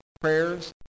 prayers